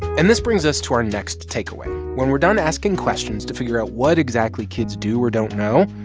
and this brings us to our next takeaway. when we're done asking questions to figure out what exactly kids do or don't know,